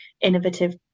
innovative